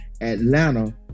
Atlanta